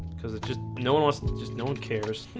because it's just no one wants like just no one cares